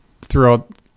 throughout